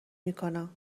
میکنم